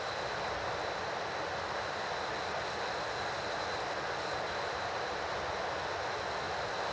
uh mm